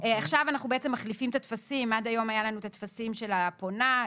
עד היום היו לנו הטפסים של הפונה,